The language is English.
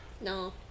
No